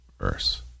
verse